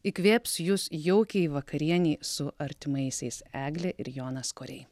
įkvėps jus jaukiai vakarienei su artimaisiais eglė ir jonas koriai